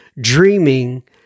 dreaming